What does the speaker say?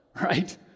right